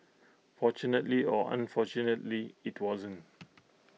fortunately or unfortunately IT wasn't